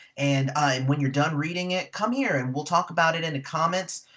and when you're done reading it come here, and we'll talk about it in the comments!